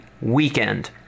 Weekend